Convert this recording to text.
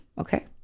okay